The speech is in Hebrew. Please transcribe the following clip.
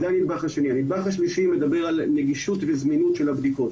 הנדבך השלישי מדבר על נגישות וזמינות של הבדיקות.